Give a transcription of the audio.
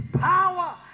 power